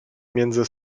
między